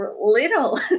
little